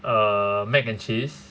uh mac and cheese